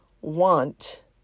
want